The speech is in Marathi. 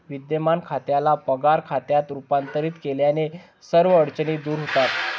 विद्यमान खात्याला पगार खात्यात रूपांतरित केल्याने सर्व अडचणी दूर होतात